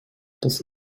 das